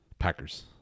Packers